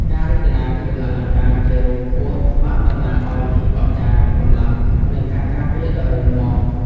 ការរចនាគ្រឿងអលង្ការជារូបពស់បានតំណាងឱ្យភាពអស្ចារ្យ កម្លាំង និងការការពារដ៏រឹងមាំ។